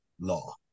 law